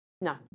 No